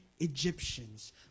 Egyptians